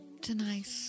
tonight